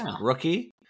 rookie